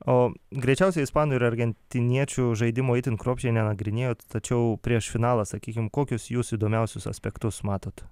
o greičiausiai ispanų ir argentiniečių žaidimų itin kruopščiai nenagrinėjot tačiau prieš finalą sakykim kokius jūs įdomiausius aspektus matot